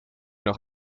noch